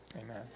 amen